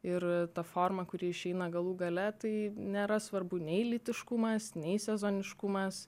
ir tą formą kuri išeina galų gale tai nėra svarbu nei lytiškumas nei sezoniškumas